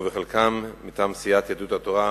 ובחלקן מטעם סיעת יהדות התורה,